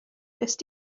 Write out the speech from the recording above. wnest